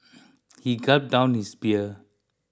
he gulped down his beer